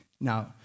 Now